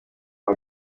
aya